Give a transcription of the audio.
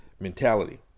mentality